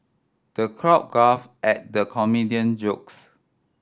the crowd guffawed at the comedian jokes